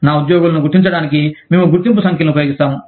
నా ఉద్యోగులను గుర్తించడానికి మేము గుర్తింపు సంఖ్యలను ఉపయోగిస్తాము